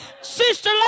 Sister